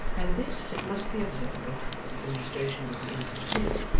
and this, it must be observed, or the illustration would be incomplete,